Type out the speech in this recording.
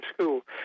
school